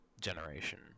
generation